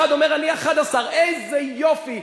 אחד אומר: אני 11. איזה יופי,